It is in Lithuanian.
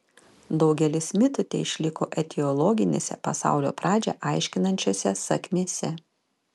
daugelis mitų teišliko etiologinėse pasaulio pradžią aiškinančiose sakmėse